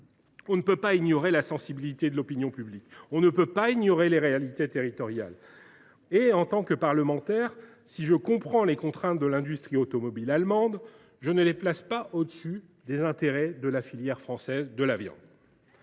On ne peut ignorer ni la sensibilité de l’opinion publique ni les réalités territoriales. Enfin, en tant que parlementaire, si je comprends les contraintes de l’industrie automobile allemande, je ne les place pas au dessus des intérêts de la filière française de la viande